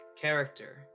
character